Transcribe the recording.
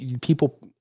people